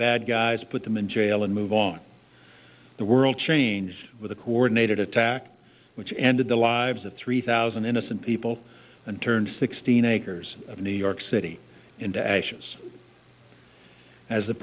bad guys put them in jail and move on the world changed with a coordinated attack which ended the lives of three thousand innocent people and turned sixteen acres of new york city into ashes as the